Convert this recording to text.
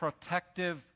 protective